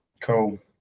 Cool